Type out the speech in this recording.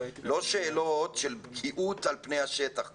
לא שאלות של בקיאות על פני השטח.